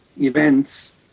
events